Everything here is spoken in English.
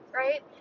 right